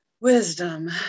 Wisdom